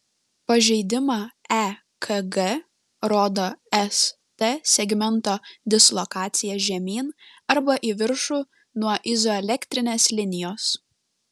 pažeidimą ekg rodo st segmento dislokacija žemyn arba į viršų nuo izoelektrinės linijos